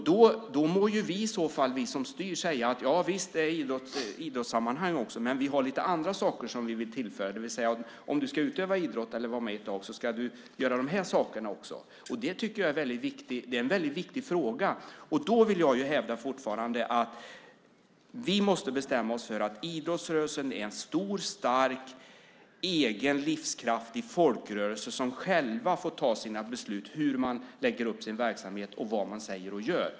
Då må vi som styr i så fall säga att: Visst, det är idrottssammanhang, men vi har lite andra saker som vi vill tillföra. Om du ska utöva idrott eller vara med i ett lag ska du göra de här sakerna också. Det tycker jag är en väldigt viktig fråga. Då hävdar jag fortfarande att vi måste bestämma oss för att idrottsrörelsen är en stor, stark och egen livskraftig folkrörelse som själv får ta beslut om hur man lägger upp sin verksamhet och vad man säger och gör.